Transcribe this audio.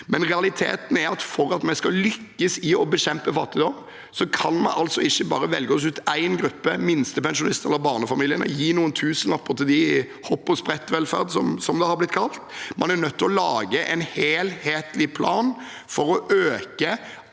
ned. Realiteten er at om vi skal lykkes i å bekjempe fattigdom, kan vi ikke bare velge oss ut én gruppe, minstepensjonister eller barnefamilier, og gi noen tusenlapper til dem – hopp og sprett-velferd, som det har blitt kalt. Man er nødt til å lage en helhetlig plan for å øke